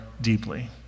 deeply